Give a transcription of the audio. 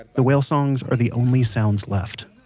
ah the whale songs are the only sounds left